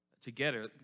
together